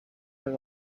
are